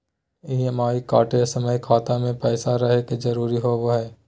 EMI कटे समय खाता मे पैसा रहे के जरूरी होवो हई